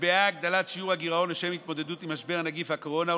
נקבעה הגדלת שיעור הגירעון לשם התמודדות עם משבר הנגיף הקורונה,